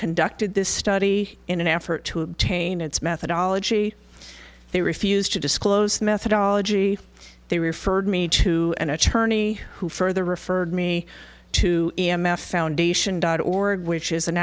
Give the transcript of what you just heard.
conducted this study in an effort to obtain its methodology they refused to disclose the methodology they referred me to an attorney who further referred me to e m f foundation dot org which is an